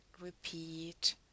repeat